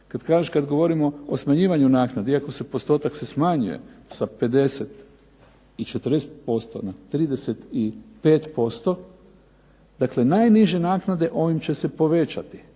kada govorimo o smanjivanju naknade iako se postotak smanjuje sa 50 i 40% na 35% dakle najniže naknade ovim će se povećati,